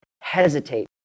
hesitate